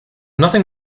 nothing